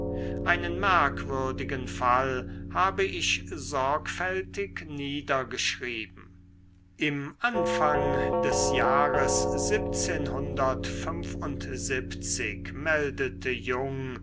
einen merkwürdigen fall habe ich sorgfältig niedergeschrieben im anfang des jahres meldete jung